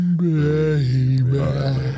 baby